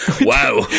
Wow